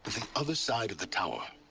other side of the tower.